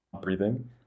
breathing